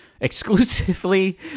exclusively